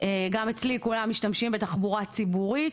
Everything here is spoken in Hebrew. גם אצלי כולם משתמשים בתחבורה ציבורית